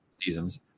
seasons